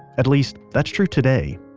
at least, that's true today.